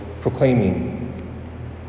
proclaiming